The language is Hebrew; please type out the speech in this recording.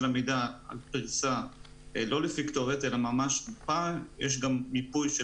המידע על פריסה לא לפי כתובת אלא יש גם מיפוי.